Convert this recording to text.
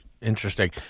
Interesting